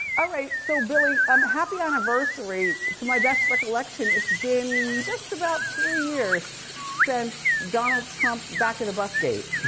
ah right, so billy, um happy anniversary. to my best recollection, it's been just about three years since donald trump back in the bus gate.